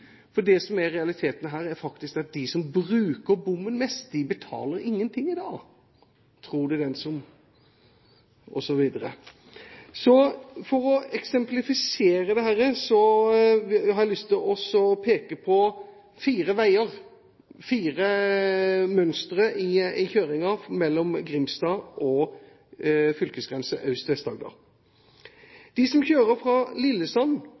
siden. Det som er realiteten her, er faktisk at de som bruker bommen mest, ikke betaler noe i dag – tro det den som vil. For å eksemplifisere dette har jeg lyst til å peke på fire mønstre i kjøringen mellom Grimstad og fylkesgrensen Aust-Agder/Vest-Agder. De som kjører fra Lillesand